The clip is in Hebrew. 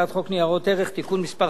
הצעת חוק ניירות ערך (תיקון מס'